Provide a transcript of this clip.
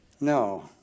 No